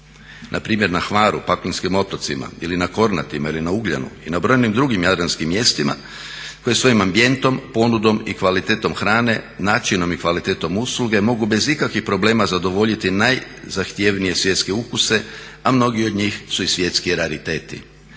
npr. na Hvaru, Paklenskim otocima ili na Kornatima, ili na Ugljanu i na brojnim drugim Jadranskim mjestima koji svojim ambijentom, ponudom i kvalitetom hrane, načinom i kvalitetom usluge mogu bez ikakvih problema zadovoljiti najzahtjevnije svjetske ukuse a mnogi od njih su i svjetski rariteti.